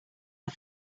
are